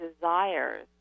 desires